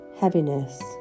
heaviness